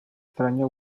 стране